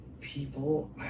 people